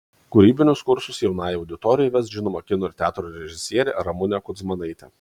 kūrybinius kursus jaunajai auditorijai ves žinoma kino ir teatro režisierė ramunė kudzmanaitė